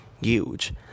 huge